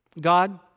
God